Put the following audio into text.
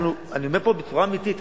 אני אומר פה בצורה אמיתית,